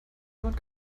jemand